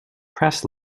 press